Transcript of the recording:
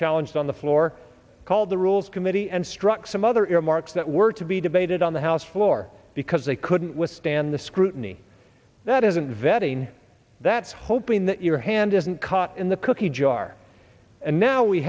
challenged on the floor called the rules committee and struck some other earmarks that were to be debated on the house floor because they couldn't withstand the scrutiny that isn't vetting that's hoping that your hand isn't caught in the cookie jar and now we